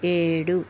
ఏడు